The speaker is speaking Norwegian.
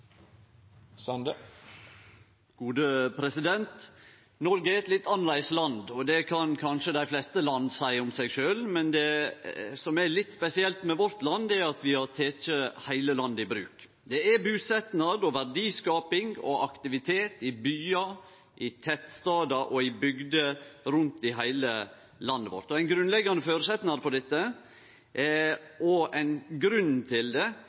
Noreg er eit litt annleis land. Det kan kanskje dei fleste land seie om seg sjølv, men det som er litt spesielt med vårt land, er at vi har teke heile landet i bruk. Det er busetnad og verdiskaping og aktivitet i byar, i tettstadar og i bygder rundt om i heile landet vårt. Ein grunnleggjande føresetnad for dette, og ein grunn til det,